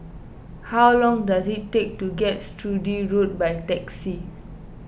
how long does it take to get to Sturdee Road by taxi